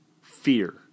Fear